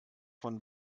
von